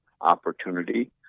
opportunity